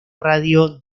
radio